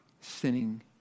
Sinning